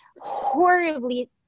horribly